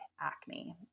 acne